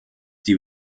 die